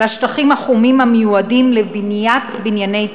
לשטחים החומים, המיועדים לבניית בנייני ציבור,